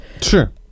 Sure